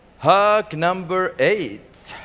hack number eight.